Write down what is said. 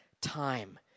time